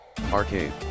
Arcade